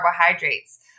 carbohydrates